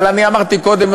אבל אני אמרתי קודם,